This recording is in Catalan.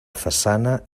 façana